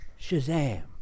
shazam